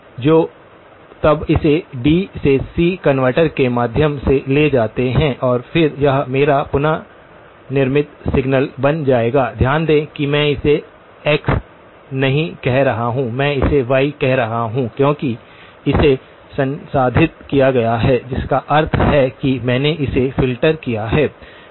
जो तब इसे डी से सी कनवर्टर के माध्यम से ले जाते हैं और फिर यह मेरा पुन निर्मित सिग्नल बन जाएगा ध्यान दें कि मैं इसे x नहीं कह रहा हूं मैं इसे y कह रहा हूं क्योंकि इसे संसाधित किया गया है जिसका अर्थ है कि मैंने इसे फ़िल्टर किया है